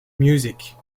music